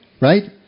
Right